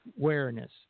awareness